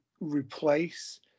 replace